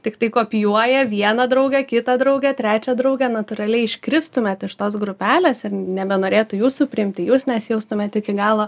tiktai kopijuoja vieną draugę kitą draugę trečią draugę natūraliai iškristumėt iš tos grupelės ir nebenorėtų jūsų priimti jūs nesijaustumėt iki galo